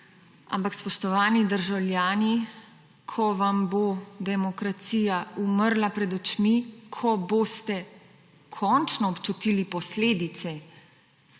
ampak, spoštovani državljani, ko vam bo demokracija umrla pred očmi, ko boste končno občutili posledice